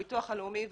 הביטוח הלאומי ואנחנו,